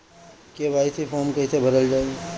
KYC form कइसे भरल जाइ?